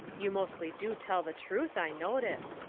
you mostly do tell the truth, i notice.